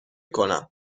کنم